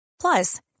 Plus